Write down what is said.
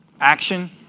Action